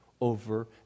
over